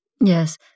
Yes